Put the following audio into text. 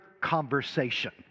conversation